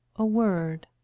a word,